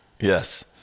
Yes